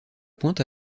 pointe